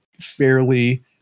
fairly